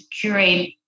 curate